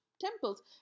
temples